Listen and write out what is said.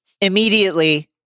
immediately